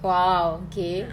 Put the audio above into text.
!wow! okay